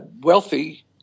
wealthy